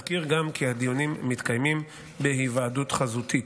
אזכיר גם כי הדיונים מתקיימים בהיוועדות חזותית.